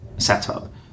setup